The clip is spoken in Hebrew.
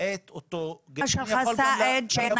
את אותו גבר פוגע שמופנה,